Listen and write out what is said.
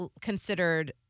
considered